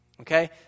Okay